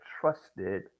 trusted